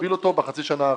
מגביל אותו בחצי שנה הראשונה,